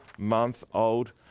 ...month-old